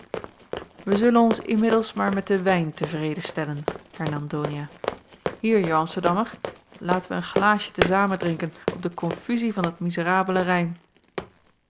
wij zullen ons inmiddels maar met den wijn tevreden stellen hernam donia hier jou amsterdammer laten wij een glaasje te zamen drinken op de konfuzie van dat mizerabele rijm